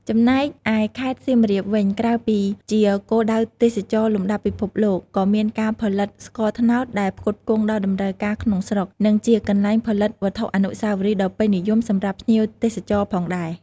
ចំណែកឯខេត្តសៀមរាបវិញ ក្រៅពីជាគោលដៅទេសចរណ៍លំដាប់ពិភពលោក ក៏មានការផលិតស្ករត្នោតដែលផ្គត់ផ្គង់ដល់តម្រូវការក្នុងស្រុក និងជាកន្លែងផលិតវត្ថុអនុស្សាវរីយ៍ដ៏ពេញនិយមសម្រាប់ភ្ញៀវទេសចរផងដែរ។